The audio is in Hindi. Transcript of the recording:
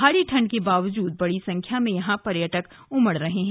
भारी ठंड के बावजूद बड़ी संख्या में यहां पर्यटक उमड़ रहे हैं